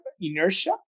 inertia